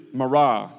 marah